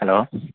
hello